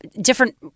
different